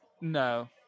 No